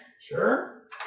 Sure